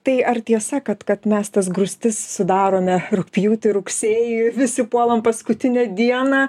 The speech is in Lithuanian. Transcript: tai ar tiesa kad kad mes tas grūstis sudarome rugpjūtį rugsėjį visi puolam paskutinę dieną